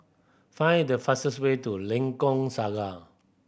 find the fastest way to Lengkok Saga